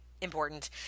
important